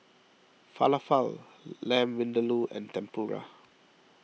Falafel Lamb Vindaloo and Tempura